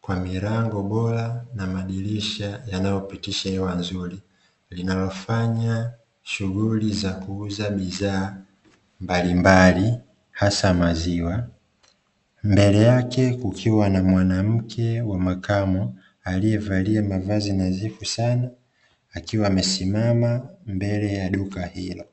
kwa milango bora na madirisha yanayo pitisha hewa nzuri linalo fanya shughuli za kuuza bidhaa mbalimbali hasa maziwa, mbele yake kukiwa na mwanamke wa makamo aliyevalia mavazi nadhifu sana akiwa amesimama mbele ya duka hilo.